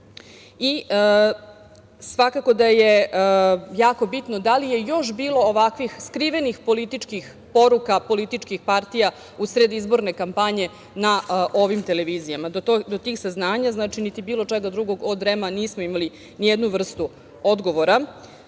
Svakako da je jako bitno da li je još bilo ovakvih skrivenih političkih poruka političkih partija u sred izborne kampanje na ovim televizijama? Do tih saznanja, niti bilo čega drugog od REM-a nismo imali ni jednu vrstu odgovora. Takođe,